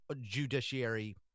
judiciary